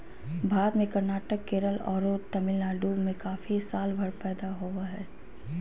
भारत में कर्नाटक, केरल आरो तमिलनाडु में कॉफी सालभर पैदा होवअ हई